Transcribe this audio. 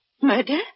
Murder